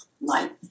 light